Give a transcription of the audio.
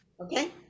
okay